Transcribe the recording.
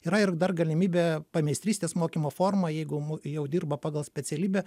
yra ir dar galimybė pameistrystės mokymo forma jeigu jau dirba pagal specialybę